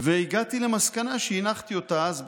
והגעתי למסקנה והנחתי אותה אז,